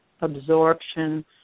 absorption